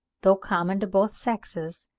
though common to both sexes,